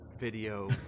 video